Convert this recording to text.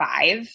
five